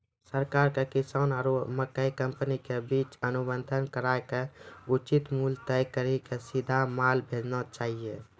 सरकार के किसान आरु मकई कंपनी के बीच अनुबंध कराय के उचित मूल्य तय कड़ी के सीधा माल भेजना चाहिए?